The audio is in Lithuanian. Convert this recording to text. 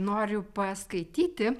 noriu paskaityti